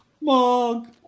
Mug